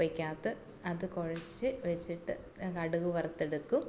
കപ്പക്ക് അകത്ത് അത് കുഴച്ച് വച്ചിട്ട് കടുക് വറുത്തെടുക്കും